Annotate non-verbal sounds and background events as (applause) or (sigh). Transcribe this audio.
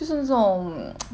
就是那种 (noise)